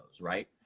right